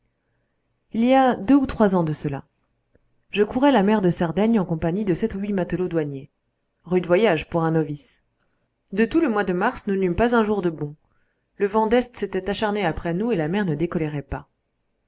il y a deux ou trois ans de cela je courais la mer de sardaigne en compagnie de sept ou huit matelots douaniers rude voyage pour un novice de tout le mois de mars nous n'eûmes pas un jour de bon le vent d'est s'était acharné après nous et la mer ne décolérait pas